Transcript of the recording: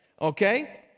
Okay